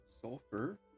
Sulfur